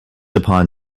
upon